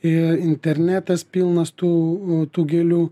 in internetas pilnas tų tų gėlių